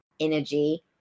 energy